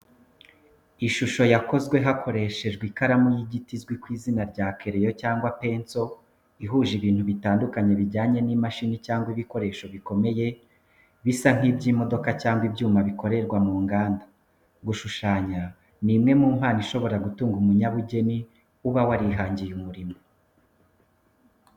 Ishusho yakozwe hakoreshejwe ikaramu y’igiti izwi ku izina rya kereyo cyangwa penso rihuje ibintu bitandukanye bijyanye n’imashini cyangwa ibikoresho bikomeye, bisa n’iby’imodoka cyangwa ibyuma bikorerwa mu nganda. Gushushanya ni imwe mu mpano ishobora gutunga umunyabugeni uba warihangiye umurimo.